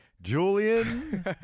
Julian